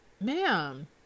Ma'am